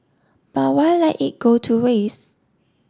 but why let it go to waste